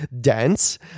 dance